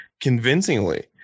convincingly